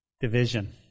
Division